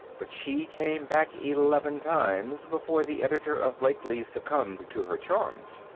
but she came back eleven times before the editor of blakely's succumbed to her charms.